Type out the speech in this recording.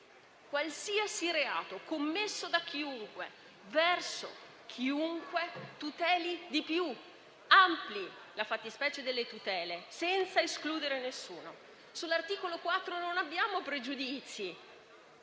qualsiasi reato, commesso da chiunque verso chiunque, tuteli di più, ampli la fattispecie delle tutele, senza escludere nessuno. Sull'articolo 4 non abbiamo pregiudizi.